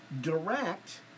direct